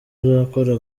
uzakora